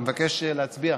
אני מבקש להצביע.